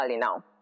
now